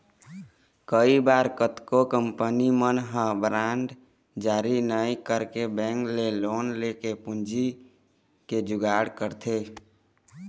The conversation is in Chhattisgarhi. कई बार कतको कंपनी मन ह बांड जारी नइ करके बेंक ले लोन लेके पूंजी के जुगाड़ करथे